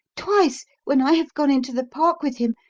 twice when i have gone into the park with him,